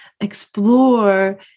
explore